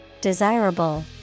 desirable